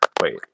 wait